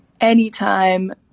anytime